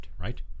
right